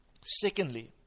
Secondly